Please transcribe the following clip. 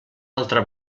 altra